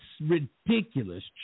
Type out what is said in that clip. ridiculous